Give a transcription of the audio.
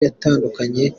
yatandukanye